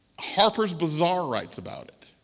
harper's bazaar writes about it.